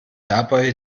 dabei